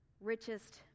richest